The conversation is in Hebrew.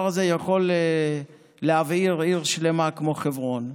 הזה יכול להבעיר עיר שלמה כמו חברון.